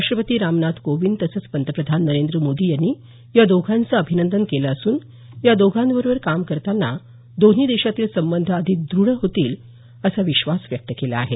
राष्ट्रपती रामनाथ कोविंद तसंच पंतप्रधान नरेंद्र मोदी यांनी दोघांचं अभिनंदन केलं असून या दोघांबरोबर काम करतांना दोन्ही देशातील संबंध आणखी द्रढ होतील असा विश्वास व्यक्त केला आहे